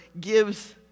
gives